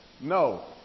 No